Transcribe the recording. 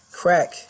crack